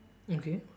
okay